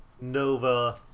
Nova